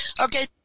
Okay